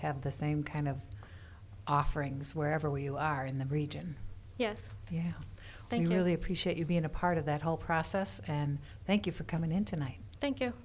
have the same kind of offerings wherever you are in the region yes yeah i know they appreciate you being a part of that whole process and thank you for coming in tonight thank you